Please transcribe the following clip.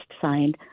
signed